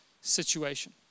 situation